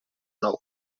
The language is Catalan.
nou